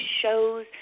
shows